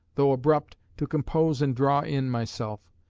though abrupt, to compose and draw in myself.